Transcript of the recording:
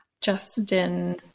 Justin